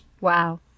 Wow